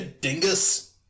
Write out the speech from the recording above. dingus